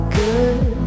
good